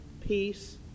peace